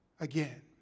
again